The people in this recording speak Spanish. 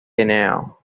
henao